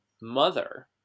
mother